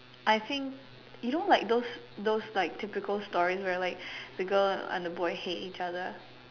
I think you know like those those like typical stories where like the girl and the boy hate each other